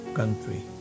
country